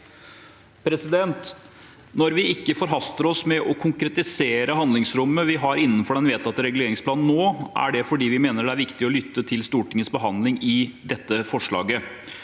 Når vi ikke forhaster oss med å konkretisere handlingsrommet vi har innenfor den vedtatte reguleringsplanen nå, er det fordi vi mener det er viktig å lytte til Stortingets behandling i dette forslaget.